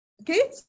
Okay